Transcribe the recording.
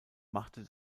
machte